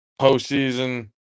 Postseason